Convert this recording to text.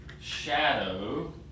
shadow